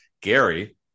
Gary